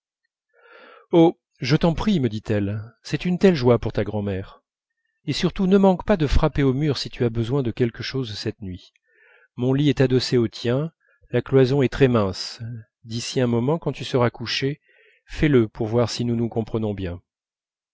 je t'en prie me dit-elle c'est une telle joie pour ta grand'mère et surtout ne manque pas de frapper au mur si tu as besoin de quelque chose cette nuit mon lit est adossé au tien la cloison est très mince d'ici un moment quand tu seras couché fais-le pour voir si nous nous comprenons bien